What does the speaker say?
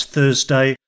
Thursday